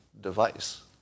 device